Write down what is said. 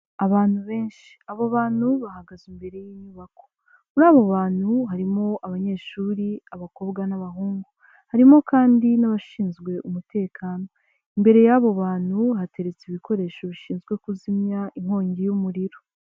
Abantu benshi abo bantu bahagaze imbere y'inyubako muri abo bantu harimo abanyeshuri abakobwa n'abahungu, harimo kandi n'abashinzwe umutekano, imbere y'abo bantu hateretse ibikoresho bishinzwe kuzimya inkongi y'umuriro.